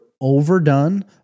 overdone